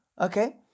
okay